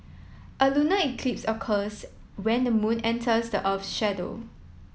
a lunar eclipse occurs when the moon enters the earth's shadow